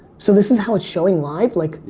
so this is how it's showing live, like